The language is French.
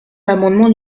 l’amendement